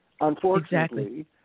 Unfortunately